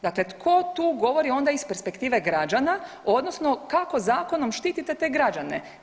Dakle, tko tu govori onda iz perspektive građana odnosno kako zakonom štitite te građane?